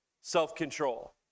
self-control